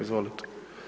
Izvolite.